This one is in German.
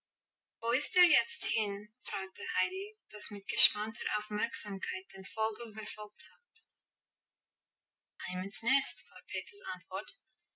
wo ist er jetzt hin fragte heidi das mit gespannter aufmerksamkeit den vogel verfolgt hatte heim ins nest war peters antwort